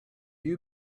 you